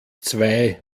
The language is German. zwei